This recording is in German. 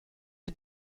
der